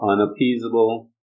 unappeasable